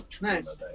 Nice